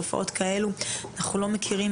תופעות כאלה אנחנו לא מכירים